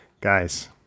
Guys